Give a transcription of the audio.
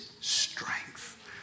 strength